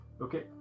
Okay